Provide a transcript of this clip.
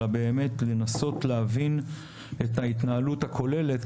אלא לנסות באמת להבין את ההתנהלות הכוללת,